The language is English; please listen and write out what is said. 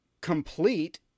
complete